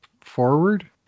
forward